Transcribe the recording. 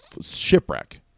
Shipwreck